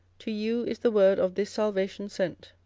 to you is the word of this salvation sent.